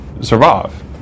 survive